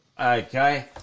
Okay